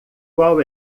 qual